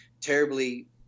terribly